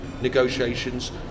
negotiations